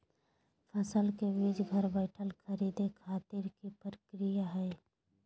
फसल के बीज घर बैठे खरीदे खातिर की प्रक्रिया हय?